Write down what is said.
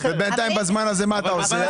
ובינתיים, בזמן הזה מה אתה עושה?